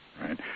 right